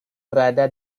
berada